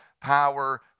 power